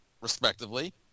respectively